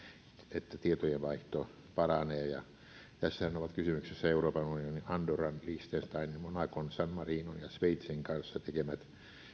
että tietojenvaihto paranee tässähän ovat kysymyksessä euroopan unionin andorran liechtensteinin monacon san marinon ja sveitsin kanssa tekemät